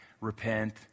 repent